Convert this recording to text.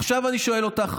עכשיו אני שואל אותך,